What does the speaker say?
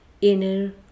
inner